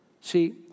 See